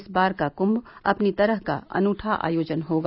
इस बार का कुम्म अपनी तरह का अनुठा आयोजन होगा